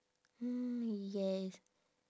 hmm yes